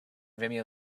vimeo